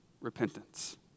repentance